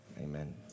amen